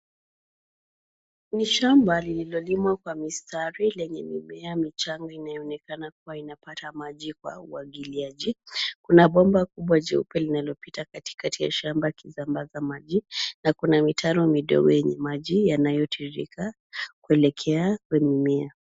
Ni shamba lililolima kwa mistari lenye mimea michanga inayoonekana kuwa inapata maji kwa umwagiliaji. Kuna bomba kubwa jeupe linalopita katikati ya shamba ikizambaza maji. Na kuna mitaro midogo wenye maji yanayotirika kuelekea kwenye mimea.